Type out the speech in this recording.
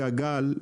גל,